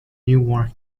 newark